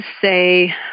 say